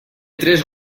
tres